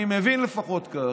אני לפחות מבין כך,